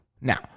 Now